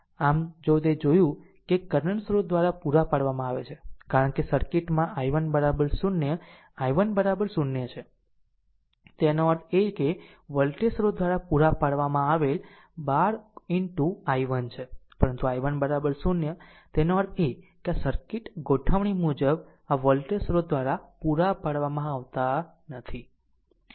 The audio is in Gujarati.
આમ જો તે જોયું કે કરંટ સ્રોત દ્વારા પૂરા પાડવામાં આવેલ છે કારણ કે સર્કિટમાં i1 0 i1 0 છે તેનો અર્થ એ કે વોલ્ટેજ સ્રોત દ્વારા પૂરા પાડવામાં આવેલ 12 into i1 છે પરંતુ i1 0 તેનો અર્થ એ કે આ સર્કિટ ગોઠવણી મુજબ આ વોલ્ટેજ સ્રોત પૂરા પાડવામાં આવતા નથી